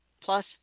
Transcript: plus